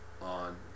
on